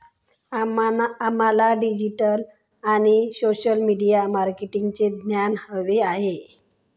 आम्हाला डिजिटल आणि social media मार्केटिंगचे ज्ञान हवे आहे